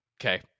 Okay